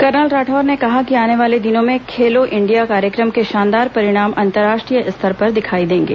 colonel Rathore ने कहा कि आने वाले दिनों में खेलो इंडिया कार्यक्रम के शानदार परिणाम अंतर्राष्ट्रीय स्तर पर दिखाए देंगे